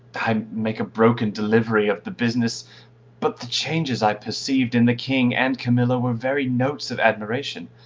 i make a broken delivery of the business but the changes i perceived in the king and camillo were very notes of admiration.